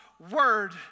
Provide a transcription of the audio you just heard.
Word